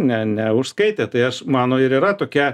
ne ne užskaitė tai aš mano ir yra tokia